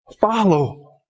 follow